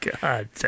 god